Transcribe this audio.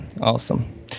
awesome